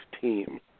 team